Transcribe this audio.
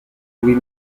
louis